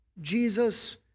Jesus